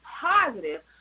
positive